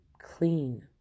clean